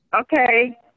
Okay